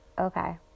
okay